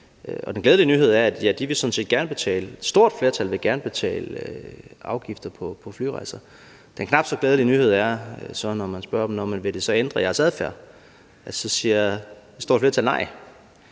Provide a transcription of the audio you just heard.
set gerne vil betale – et stort flertal vil gerne betale afgifter på flyrejser. Den knap så glædelige nyhed er så, når man spørger, om det vil ændre jeres adfærd, for så siger et stort flertal nej.